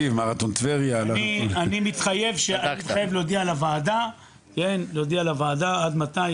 אני מתחייב להודיע לוועדה עד מתי,